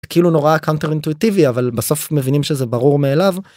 כאילו נורא קאונטר-אינטואיטיבי, אבל, בסוף מבינים שזה ברור מאליו.